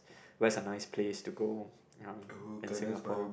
where's a nice place to go ya in Singapore